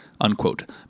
unquote